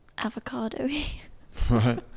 avocado-y